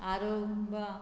आरंबा